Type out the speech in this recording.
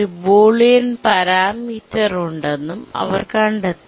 ഒരു boolean parameter ഉണ്ടെന്നും അവർ കണ്ടെത്തി